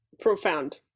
profound